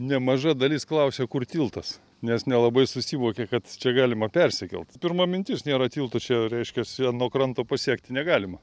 nemaža dalis klausia kur tiltas nes nelabai susivokia kad čia galima persikelt pirma mintis nėra tilto čia reiškiasi ano kranto pasiekti negalima